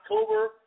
October